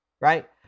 right